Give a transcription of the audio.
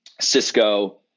Cisco